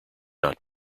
not